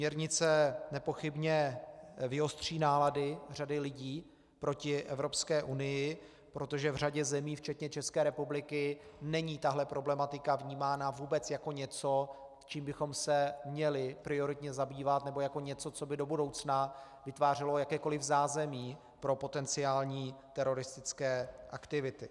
Směrnice nepochybně vyostří nálady u řady lidí proti Evropské unii, protože v řadě zemí včetně České republiky není tahle problematika vnímána vůbec jako něco, čím bychom se měli prioritně zabývat, nebo jako něco, co by do budoucna vytvářeno jakékoli zázemí pro potenciální teroristické aktivity.